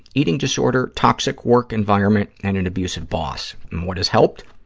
eating disorder, toxic work environment, and an abusive boss. and what has helped?